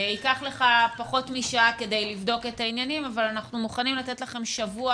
ייקח לך פחות משעה לבדוק את העניינים אבל אנחנו מוכנים לתת לכם שבוע